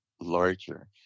larger